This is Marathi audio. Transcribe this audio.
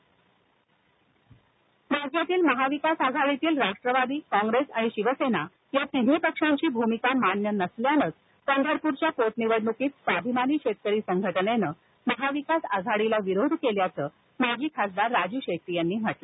पंढरप्र विधानसभा पोटनिवडणक राज्यातील महाविकास आघाडीतील राष्ट्रवादी काँग्रेस आणि शिवसेना या तिन्ही पक्षांची भूमिका मान्य नसल्यानच पंढरपूरच्या पोट निवडणुकीत स्वाभिमानी शेतकरी संघटनेने महाविकास आघाडीला विरोध केल्याच माजी खासदार राजू शेट्टी यांनी स्पष्ट केल